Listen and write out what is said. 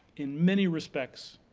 in many respects,